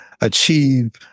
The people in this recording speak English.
achieve